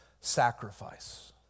sacrifice